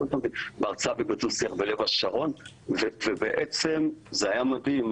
בדו שיח בלב השרון ובעצם זה היה מדהים.